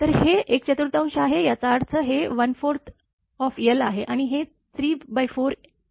तर हे एकचतुर्थांश आहे याचा अर्थ हे 14l आहे आणि हे 34l एकूण लांबी l आहे